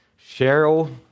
Cheryl